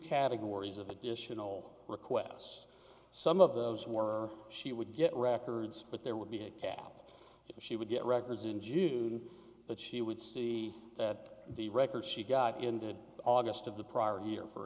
categories of additional requests some of those were she would get records but there would be a cap she would get records in june that she would see that the records she got in to august of the prior year for